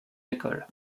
écoles